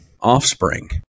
offspring